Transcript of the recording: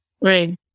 Right